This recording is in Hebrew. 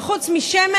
וחוץ משמש,